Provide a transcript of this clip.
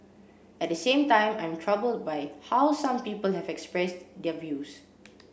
at the same time I am troubled by how some people have expressed their views